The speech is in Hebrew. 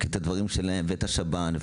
קופות החולים משווקות את הדברים שלהם ואת השב"ן,